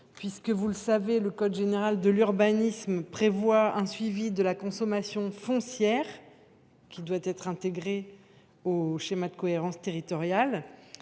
doublons. Vous le savez, le code général de l’urbanisme prévoit un suivi de la consommation foncière, qui doit être intégré au schéma de cohérence territoriale.